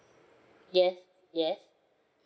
yes yes